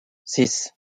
six